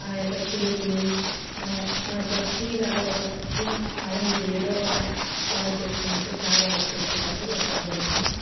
ఆ యొక్క చిలుకలు ఒక స్త్రీ లాగా ఒక స్త్రీ తలమీద ఎదో ఒక ఫ్లవర్ పెట్టుకున్నట్టు ఫ్లవర్ వాజ్ పెట్టుకున్నట్టు ఒక బొమ్మ